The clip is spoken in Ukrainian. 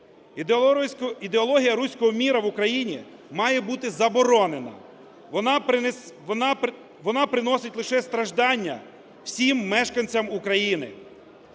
Ідеологія "руського мира" в Україні має бути заборонена. Вона приносить лише страждання всім мешканцям України.